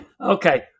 Okay